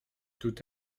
tout